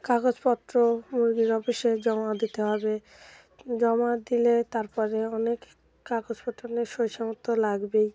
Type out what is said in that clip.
কাগজপত্র মুরগির অফিসে জমা দিতে হবে জমা দিলে তার পরে অনেক কাগজপত্র নিয়ে সই সাবুত তো লাগবেই